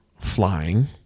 flying